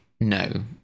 no